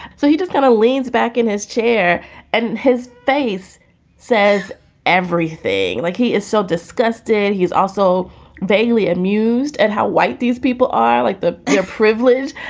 so he just kind of leans back in his chair and his face says everything. like he is so disgusted. he's also vaguely amused at how white these people are, like the privilege.